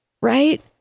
right